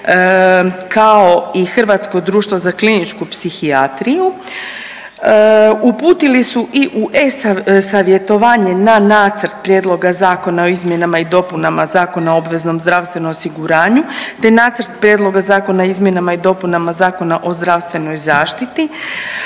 kao i Hrvatsko društvo za kliničku psihijatriju uputili su i u e-savjetovanje na Nacrt prijedloga zakona o izmjenama i dopunama Zakona o obveznom zdravstvenom osiguranju, te Nacrt prijedloga zakona o izmjenama i dopunama Zakona o zdravstvenoj zaštiti